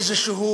איזשהם